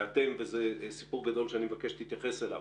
וזה סיפור גדול שאני מבקש שתתייחס אליו,